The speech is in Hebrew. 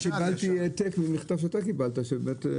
אני קיבלתי העתק ממכתב שאתה קיבלת.